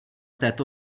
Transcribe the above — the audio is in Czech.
této